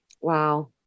Wow